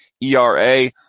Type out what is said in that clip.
ERA